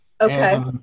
Okay